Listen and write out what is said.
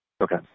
Okay